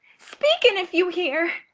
speak, an if you hear